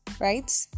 Right